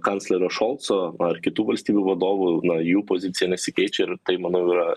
kanclerio šolco ar kitų valstybių vadovų na jų pozicija nesikeičia ir tai manau yra